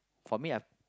for me I